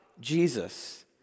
Jesus